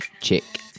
Chick